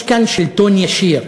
יש כאן שלטון ישיר.